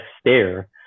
stare